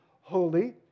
holy